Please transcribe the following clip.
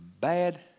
bad